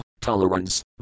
Tolerance